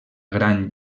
gran